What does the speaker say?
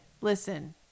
listen